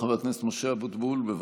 חבר הכנסת משה אבוטבול, בבקשה.